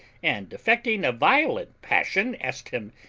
and affecting a violent passion asked him,